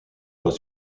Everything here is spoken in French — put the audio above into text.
pas